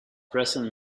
presence